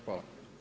Hvala.